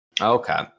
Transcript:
Okay